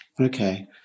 Okay